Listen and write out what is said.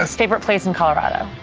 ah so favorite place in colorado.